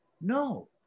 No